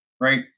right